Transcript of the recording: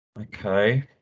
Okay